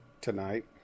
tonight